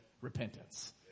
repentance